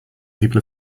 people